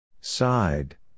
Side